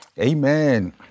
Amen